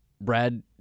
Brad